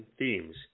themes